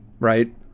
Right